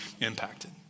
impacted